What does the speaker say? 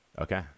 Okay